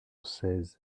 seize